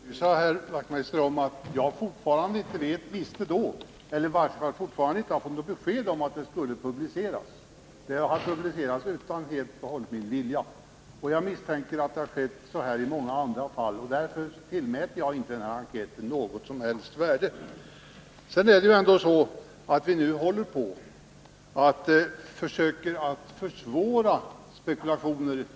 Herr talman! Jag kanske skall upplysa herr Wachtmeister om att jag inte visste och fortfarande inte har fått något besked om att svaren skulle publiceras. De har publicerats helt och hållet utan min vetskap. Jag misstänker att detsamma skett i många andra fall, och därför tillmäter jag inte den här enkäten något som helst värde. Sedan är det så att vi nu håller på och försöker försvåra spekulationer.